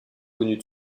connues